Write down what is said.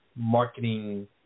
marketing